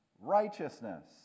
righteousness